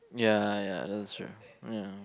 ya ya that's true ya